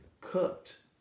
cooked